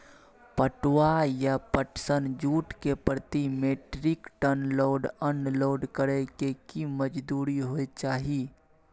पटुआ या पटसन, जूट के प्रति metric ton load unload करै के की मजदूरी होय चाही?